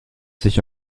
sich